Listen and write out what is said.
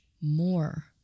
more